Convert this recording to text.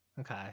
Okay